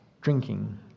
drinking